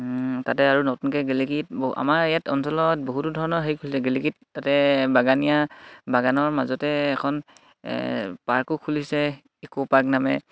তাতে আৰু নতুনকৈ গেলেগীত আমাৰ ইয়াত অঞ্চলত বহুতো ধৰণৰ হেৰি খুলিছে গেলেগীত তাতে বাগানীয়া বাগানৰ মাজতে এখন পাৰ্কো খুলিছে ইকো পাৰ্ক নামেৰে